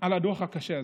על הדוח הקשה הזה.